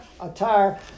attire